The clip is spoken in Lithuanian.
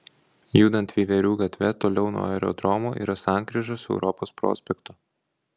judant veiverių gatve toliau nuo aerodromo yra sankryža su europos prospektu